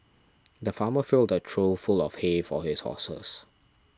the farmer filled a trough full of hay for his horses